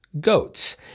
goats